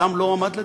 אדם לא הועמד לדין.